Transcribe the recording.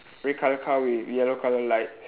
red colour car with yellow colour lights